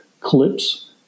clips